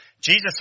Jesus